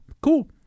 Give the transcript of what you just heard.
cool